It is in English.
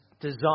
design